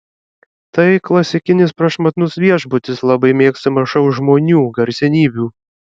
tai klasikinis prašmatnus viešbutis labai mėgstamas šou žmonių garsenybių